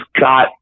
got